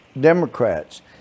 Democrats